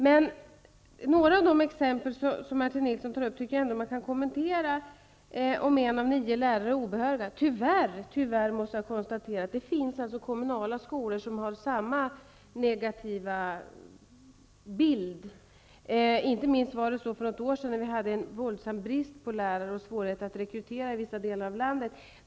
Men några av de exempel som Martin Nilsson tog upp tycker jag ändå att man kan kommentera. Han sade t.ex. att en av nio lärare är obehörig. Tyvärr måste jag konstatera att det finns kommunala skolor som har samma negativa bild; så var det inte minst för något år sedan när vi hade en våldsam brist på lärare och svårigheter att rekrytera lärare i vissa delar av landet.